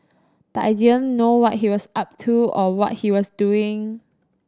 but I didn't know what he was up to or what he was doing